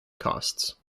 costs